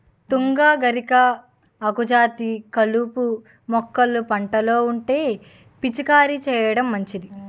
తుంగ, గరిక, ఆకుజాతి కలుపు మొక్కలు పంటలో ఉంటే పిచికారీ చేయడం మంచిది